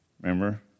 remember